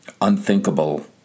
unthinkable